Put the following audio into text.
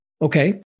Okay